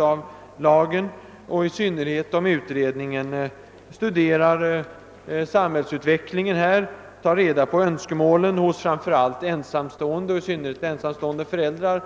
Detta torde i synnerhet bli fallet om utredningen studerar samhällsutvecklingen och tar reda på önskemålen hos framför allt ensamstående föräldrar